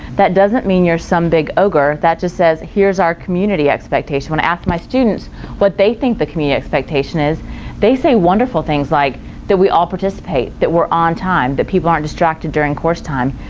that doesn't mean you're some big ogre, that just says here's our community expectation. when i ask my students what they think the community expectation is they say wonderful things like that we all participate, that we're on time, that people aren't distracted during course time,